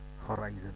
Horizon